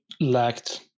lacked